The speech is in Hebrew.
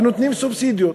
ונותנים סובסידיות.